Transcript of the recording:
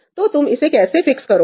तो तुम इसे कैसे फिक्स करोगे